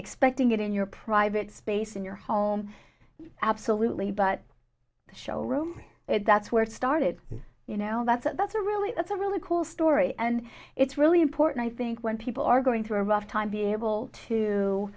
expecting it in your private space in your home absolutely but showroom if that's where it started you know that's that's a really that's a really cool story and it's really important i think when people are going through a rough time be able to